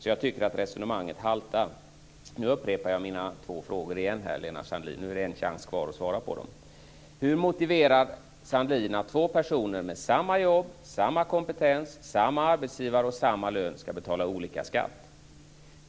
Jag tycker att resonemanget haltar. Nu upprepar jag mina två frågor igen, Lena Sandlin. Nu finns det en chans kvar att svara på dem. Hur motiverar Lena Sandlin att två personer med samma jobb, samma kompetens, samma arbetsgivare och samma lön ska betala olika skatt?